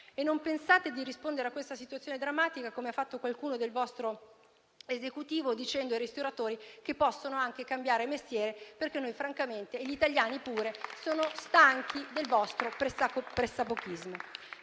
E non pensate di rispondere a questa situazione drammatica - come ha fatto qualcuno del vostro Esecutivo - dicendo ai ristoratori che possono anche cambiare mestiere, perché noi francamente, e gli italiani pure, siamo stanchi del vostro pressapochismo.